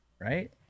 right